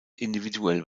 individuell